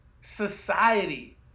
Society